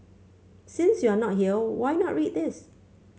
since you are not here why not read this